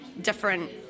different